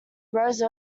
rose